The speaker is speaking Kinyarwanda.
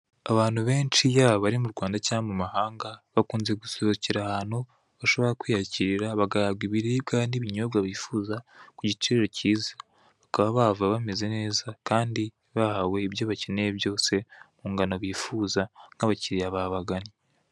Abantu benshi yaba ari mu Rwanda cyangwa mu mahanga, bakunze gusohokera ahantu bashobora kwiyakiririra bagahabwa ibiribwa n'ibinyobwa bifuza ku giciro kiza, bakaba bahava bameze neza kandi bahawe ibyo bakeneye byose mu ngano bifuza nk'abakiliya babagannye.